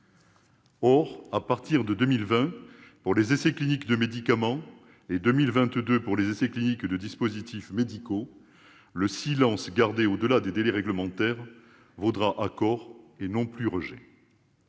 Or, à partir de 2020 pour les essais cliniques de médicaments et 2022 pour les essais cliniques de dispositifs médicaux, le silence gardé au-delà des délais réglementaires vaudra accord, et non plus rejet.